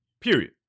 Period